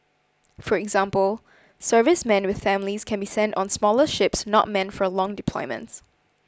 for example servicemen with families can be sent on smaller ships not meant for long deployments